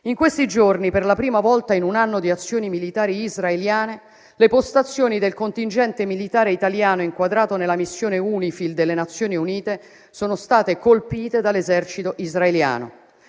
In questi giorni, per la prima volta in un anno di azioni militari israeliane, le postazioni del contingente militare italiano inquadrato nella missione United Nations interim force in Lebanon (UNIFIL) delle Nazioni Unite sono state colpite dall'esercito israeliano.